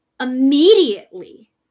immediately